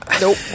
Nope